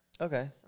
okay